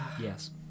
Yes